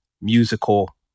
musical